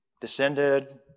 descended